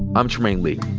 i'm trymaine lee.